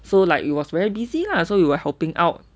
so like it was very busy lah so we were helping out